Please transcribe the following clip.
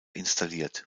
installiert